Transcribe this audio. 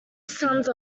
sons